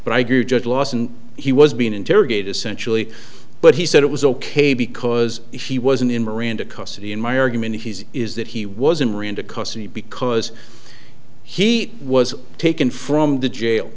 but i grew judge lawson he was being interrogated essentially but he said it was ok because he wasn't in miranda custody in my argument he is that he was in rwanda custody because he was taken from the jail